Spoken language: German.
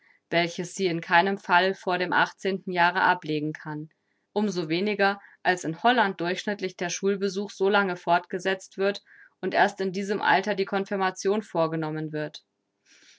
welches sie in keinem fall vor dem ten jahre ablegen kann umsoweniger als in holland durchschnittlich der schulbesuch so lange fortgesetzt wird und erst in diesem alter die konfirmation vorgenommen wird